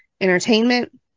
entertainment